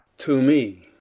to me